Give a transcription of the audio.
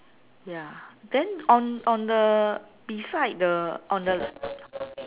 ya then on on the beside the on the